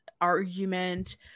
argument